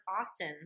Austin